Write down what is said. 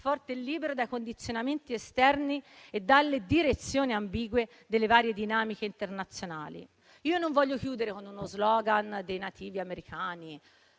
forte e libero dai condizionamenti esterni e dalle direzioni ambigue delle varie dinamiche internazionali. Non voglio chiudere con uno *slogan* dei nativi americani,